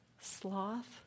Sloth